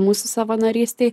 mūsų savanorystei